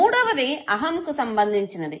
మూడవది అహంకు సంబంధించినది